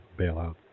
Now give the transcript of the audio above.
bailout